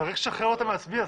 צריך לשחרר אותם להצביע.